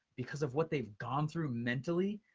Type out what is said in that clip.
because of what they've gone through, mentally,